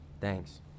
Thanks